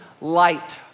light